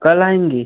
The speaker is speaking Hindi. कल आएँगी